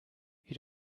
you